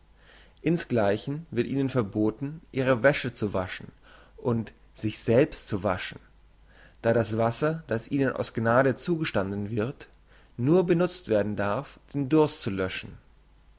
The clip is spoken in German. insgleichen wird ihnen verboten ihre wäsche zu waschen und sich selbst zu waschen da das wasser das ihnen aus gnade zugestanden wird nur benutzt werden darf den durst zu löschen